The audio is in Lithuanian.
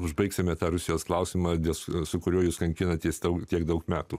užbaigsime tą rusijos klausimą dėl su kuriuo jūs kankinatės dau tiek daug metų